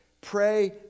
pray